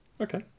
Okay